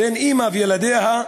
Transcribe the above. בין אימא וילדיה,